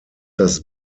das